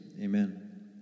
Amen